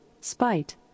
spite